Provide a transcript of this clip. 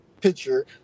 picture